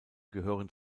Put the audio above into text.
gehören